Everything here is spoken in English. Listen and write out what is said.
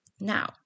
Now